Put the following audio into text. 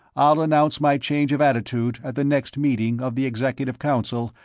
i'll announce my change of attitude at the next meeting of the executive council,